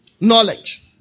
knowledge